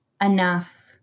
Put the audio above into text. enough